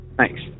thanks